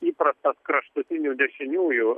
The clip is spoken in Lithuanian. įprastas kraštutinių dešiniųjų